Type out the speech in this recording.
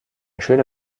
schöne